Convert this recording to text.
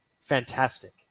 Fantastic